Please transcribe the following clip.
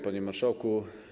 Panie Marszałku!